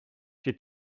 she